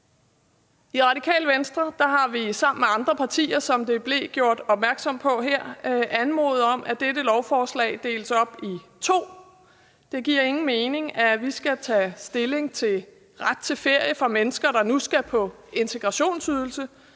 Radikale Venstre har vi sammen med andre partier, som der blev gjort opmærksom på her, anmodet om, at dette lovforslaget deles op i to. Det giver ingen mening, at vi skal tage stilling til ret til ferie for mennesker, der nu skal på integrationsydelse,